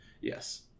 Yes